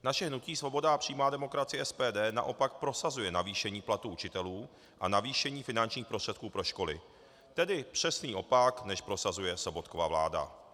Naše hnutí Svoboda a přímá demokracie SPD naopak prosazuje navýšení platů učitelů a navýšení finančních prostředků pro školy, tedy přesný opak, než prosazuje Sobotkova vláda.